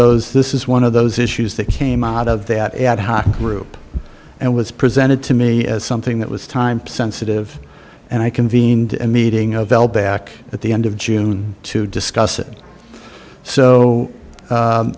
those this is one of those issues that came out of that ad hoc group and was presented to me as something that was time sensitive and i convened a meeting of l back at the end of june to discuss it so